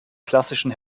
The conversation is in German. klassischen